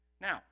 Now